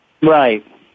Right